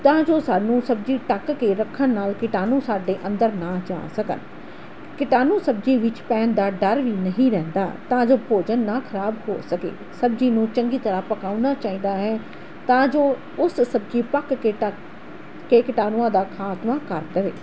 ਤਾਂ ਜੋ ਸਾਨੂੰ ਸਬਜ਼ੀ ਢੱਕ ਕੇ ਰੱਖਣ ਨਾਲ ਕੀਟਾਣੂ ਸਾਡੇ ਅੰਦਰ ਨਾ ਜਾ ਸਕਣ ਕੀਟਾਣੂ ਸਬਜ਼ੀ ਵਿੱਚ ਪੈਣ ਦਾ ਡਰ ਵੀ ਨਹੀਂ ਰਹਿੰਦਾ ਤਾਂ ਜੋ ਭੋਜਨ ਨਾ ਖਰਾਬ ਹੋ ਸਕੇ ਸਬਜ਼ੀ ਨੂੰ ਚੰਗੀ ਤਰ੍ਹਾਂ ਪਕਾਉਣਾ ਚਾਹੀਦਾ ਹੈ ਤਾਂ ਜੋ ਉਸ ਸਬਜ਼ੀ ਪੱਕ ਕੇ ਢੱਕ ਕੇ ਕੀਟਾਣੂਆਂ ਦਾ ਖਾਤਮਾ ਕਰ ਦਵੇ